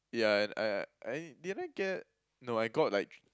yeah and I I did I get no I got like